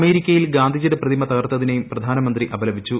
അമേരിക്കയിൽ ഗാന്ധിജിയുടെ പ്രതിമ തകർത്തതിനെയും പ്രധാനമന്ത്രി അപലപിച്ചു